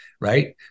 right